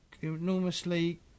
Enormously